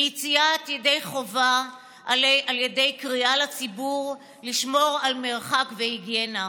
מיציאת ידי חובה על ידי קריאה לציבור לשמור על מרחק ועל היגיינה,